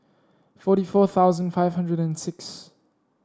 forty four thousand five hundred and six